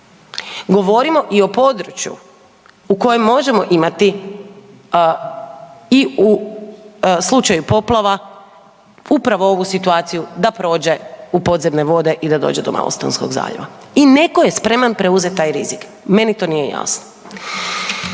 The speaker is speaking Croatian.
Govorimo i o području u kojem možemo imati i u slučaju poplava upravo ovu situaciju da prođe u podzemne vode i da dođe do Malostonskog zaljeva. I netko je spreman preuzeti taj rizik, meni to nije jasno.